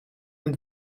een